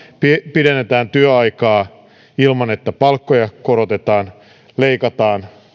pidennetään työaikaa ilman että palkkoja korotetaan leikataan